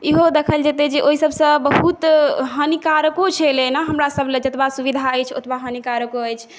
इहो देखल जेतै जे ओहि सबसँ बहुत हानिकारको छलै ने हमर सबलए जतबा सुविधा अछि ओतबा हानिकारको अछि